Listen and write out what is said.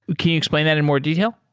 can you explain that in more detail?